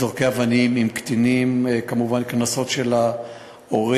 זורקי אבנים, אם קטינים, כמובן קנסות על ההורים.